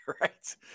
Right